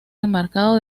enmarcado